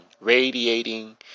Radiating